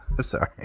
Sorry